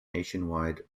nationwide